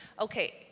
Okay